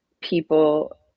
people